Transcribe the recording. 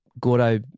Gordo